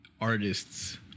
artists